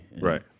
Right